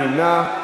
מי נמנע?